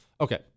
Okay